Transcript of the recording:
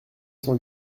cent